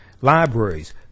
libraries